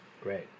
Great